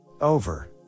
over